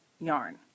yarn